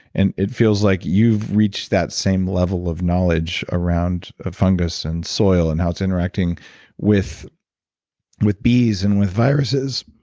and it feels like you've reached that same level of knowledge around a fungus and soil and how it's interacting with with bees and with viruses.